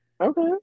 Okay